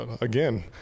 again